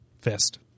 Fist